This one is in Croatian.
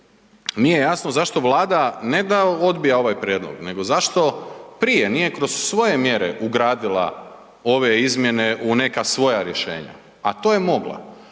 nije jasno zašto Vlada ne da odbija ovaj prijedlog, nego zašto prije nije kroz svoje mjere ugradila ove izmjene u neka svoja rješenja. A to je mogla